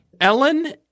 Ellen